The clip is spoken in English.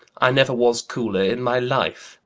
i never was cooler in my life.